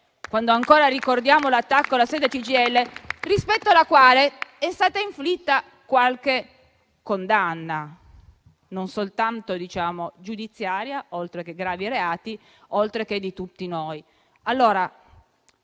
quando ancora ricordiamo l'attacco alla sede della CGIL, rispetto al quale è stata inflitta qualche condanna, non soltanto giudiziaria, oltre che per gravi reati, anche da parte di tutti noi.